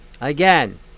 Again